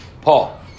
Paul